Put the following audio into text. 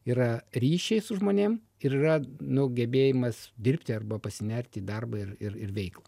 yra ryšiai su žmonėm ir yra nu gebėjimas dirbti arba pasinerti į darbą ir ir veiklą